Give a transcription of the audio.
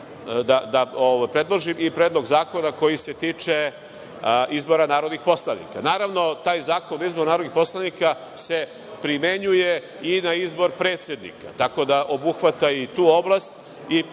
da predložim i predlog zakona koji se tiče izbora narodnih poslanika. Naravno, taj Zakon o izboru narodnih poslanika se primenjuje i na izbor predsednika, tako da obuhvata i tu oblast i opet